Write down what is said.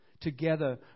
Together